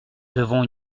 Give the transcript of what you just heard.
devons